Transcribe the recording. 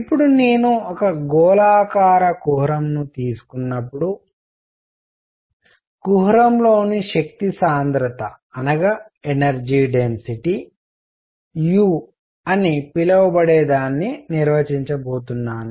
ఇప్పుడు నేను ఒక గోళాకార కుహరంను తీసుకున్నప్పుడు కుహరంలోని శక్తి సాంద్రతఎనర్జీ డెన్సిటీ u అని పిలువబడేదాన్ని నిర్వచించబోతున్నాను